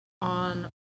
on